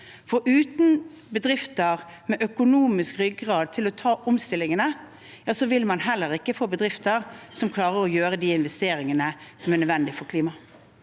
for uten bedrifter med økonomisk ryggrad til å ta omstillingene vil man heller ikke få bedrifter som klarer å gjøre de investeringene som er nødvendige for klimaet.